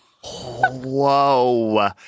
Whoa